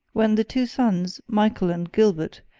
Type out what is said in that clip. when the two sons, michael and gilbert,